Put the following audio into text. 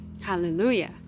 Hallelujah